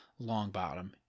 Longbottom